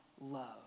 love